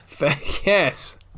Yes